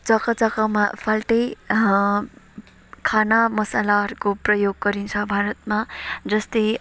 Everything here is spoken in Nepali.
जग्गा जग्गामा फाल्टै खाना मसलाहरूको प्रयोग गरिन्छ भारतमा जस्तै